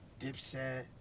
Dipset